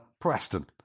Preston